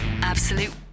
Absolute